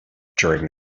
during